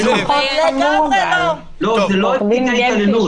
לא, זה לא עד כדי התעללות.